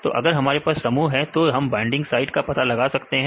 दो अगर हमारे पास समूह है तो हम बाइंडिंग साइट का पता लगा सकते हैं